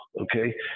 okay